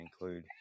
include